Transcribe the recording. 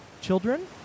children